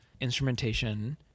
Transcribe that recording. instrumentation